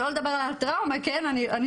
שלא לדבר על הטראומה שלי אחרי שאני הותקפתי,